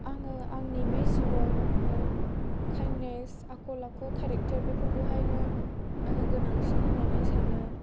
आङो आंनि बे जिउआव काइन्दनेस आखल आखु केरेक्टार बेफोरखौहायनो आङो गोनांसिन होननानै सानो